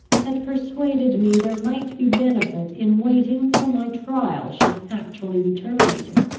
that persuaded me there might be benefit in waiting till my trial should actually be terminated,